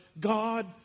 God